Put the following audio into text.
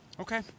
Okay